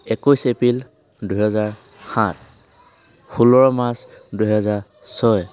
একৈছ এপ্ৰিল দুহেজাৰ সাত ষোল্ল মাৰ্চ দুহেজাৰ ছয়